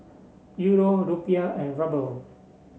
Euro Rupiah and Ruble